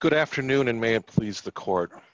good afternoon and may it please the court